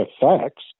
facts